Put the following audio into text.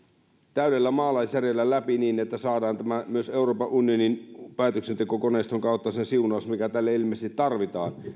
täydellä maalaisjärjellä läpi niin että saadaan myös euroopan unionin päätöksentekokoneiston kautta se siunaus mikä tälle ilmeisesti tarvitaan